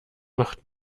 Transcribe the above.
macht